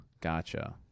Gotcha